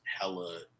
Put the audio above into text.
hella